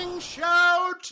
shout